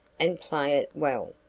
and play it well.